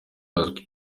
hazwi